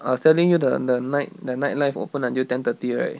I was telling you the the night the nightlife open until ten thirty right